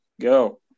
go